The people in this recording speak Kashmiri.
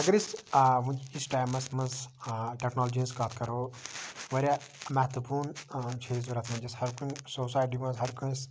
اگر أسۍ ونکِکِس ٹایمَس مَنٛز ٹیٚکنالجی ہٕنٛز کتھ کرو واریاہ مہتٕپوٗن چھِ ضوٚرَتھ ونکٮ۪س ہر کُنہِ سوسایٹی مَنٛز ہر کٲنٛسہِ